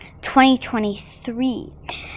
2023